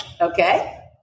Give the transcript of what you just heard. Okay